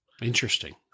Interesting